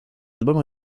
albums